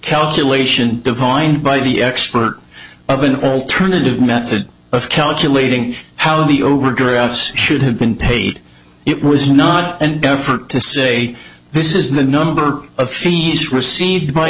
calculation divined by the expert of an alternative method of calculating how the overdrafts should have been paid it was not an effort to say this is the number of fees rece